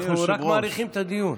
אנחנו רק מאריכים את הדיון.